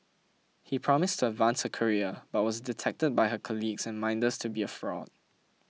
he promised to advance her career but was detected by her colleagues and minders to be a fraud